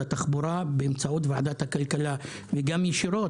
התחבורה באמצעות ועדת הכלכלה וגם ישירות,